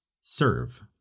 serve